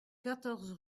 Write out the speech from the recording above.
quatorze